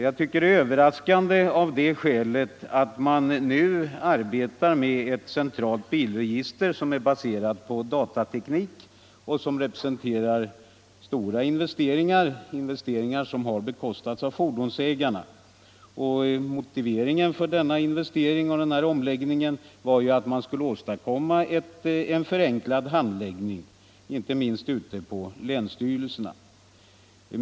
Det är överraskande av det skälet att man nu arbetar med ett centralt bilregister baserat på datateknik, som representerar stora investeringar, som har bekostats av fordonsägarna. Motiveringen för denna investering och omläggning av bilregistersystemet var att man skulle åstadkomma en förenklad handläggning inte minst ute på länsstyrelserna.